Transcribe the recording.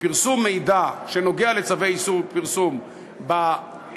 שפרסום מידע שנוגע לצווי איסור פרסום באינטרנט,